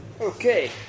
Okay